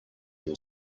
will